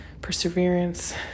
perseverance